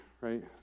right